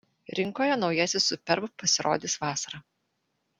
rinkoje naujasis superb pasirodys vasarą